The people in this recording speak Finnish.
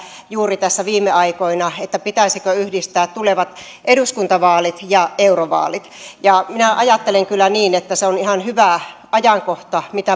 juuri tässä viime aikoina päinvastoin sitä pitäisikö yhdistää tulevat eduskuntavaalit ja eurovaalit minä ajattelen kyllä että se on ihan hyvä ajankohta mikä